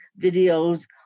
videos